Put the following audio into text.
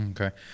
Okay